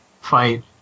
fight